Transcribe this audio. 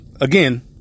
again